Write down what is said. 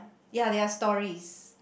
ya they are stories